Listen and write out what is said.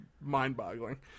mind-boggling